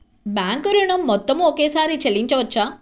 Bank ఋణం మొత్తము ఒకేసారి చెల్లించవచ్చా?